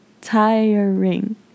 Tiring